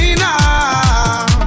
now